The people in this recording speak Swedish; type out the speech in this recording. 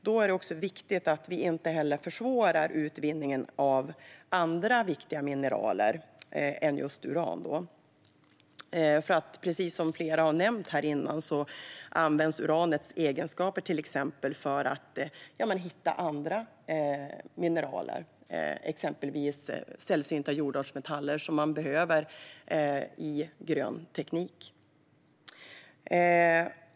Det är därför viktigt att vi inte försvårar utvinningen av andra viktiga mineraler än just uran. Precis som flera tidigare talare har nämnt används uranets egenskaper till exempel för att hitta andra mineraler, exempelvis sällsynta jordartsmetaller som man behöver i grön teknik.